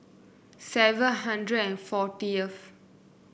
seven hundred and fortieth